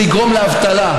זה יגרום לאבטלה,